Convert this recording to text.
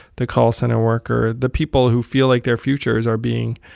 the call center worker, the people who feel like their futures are being